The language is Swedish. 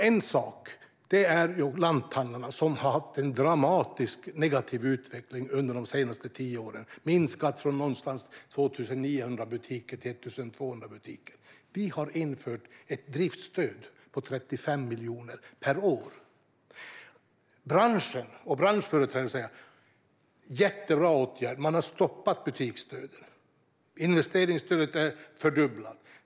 En sak gäller lanthandlarna som har haft en dramatiskt negativ utveckling under de senaste tio åren. Antalet butiker har minskat från omkring 2 900 butiker till 1 200 butiker. Vi har infört ett driftsstöd på 35 miljoner per år. Branschföreträdarna tycker att det är en jättebra åtgärd. Man har stoppat butiksdöden. Investeringsstödet är fördubblat.